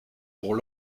pour